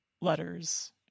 letters